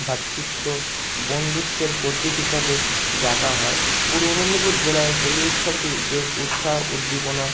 ভ্রাতৃত্ব বন্ধুত্বের প্রতীক হিসাবে দেখা হয় পূর্ব মেদিনীপুর জেলায় হোলি উৎসবটি বেশ উৎসাহ উদ্দীপনা